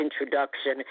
introduction